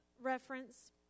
reference